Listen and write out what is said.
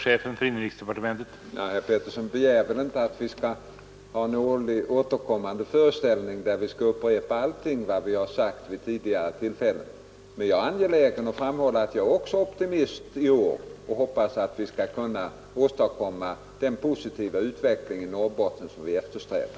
Herr talman! Herr Petersson begär väl inte att vi skall ha en årligen återkommande föreställning där vi skall upprepa allt vad vi sagt vid tidigare tillfällen? Men jag är angelägen att framhålla att jag är optimist också i år och att jag hoppas att vi skall kunna åstadkomma den positiva utveckling i Norrbotten som vi eftersträvar.